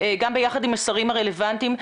גם ביחד עם השרים הרלבנטיים,